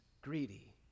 greedy